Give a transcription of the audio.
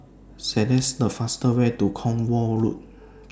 selects The fastest Way to Cornwall Road